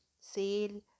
sale